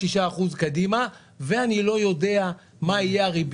6 אחוז קדימה ואני לא יודע מה יהיה הריבית